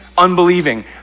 Unbelieving